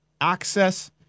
access